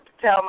tell